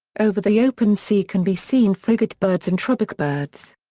over the open sea can be seen frigatebirds and tropicbirds.